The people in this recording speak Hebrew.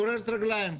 גוררת רגליים,